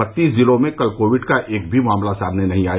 बत्तीस जिलों में कल कोविड का एक भी मामला सामने नहीं आया